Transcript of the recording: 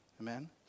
Amen